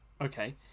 Okay